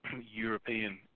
European